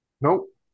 Nope